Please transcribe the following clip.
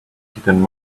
hidden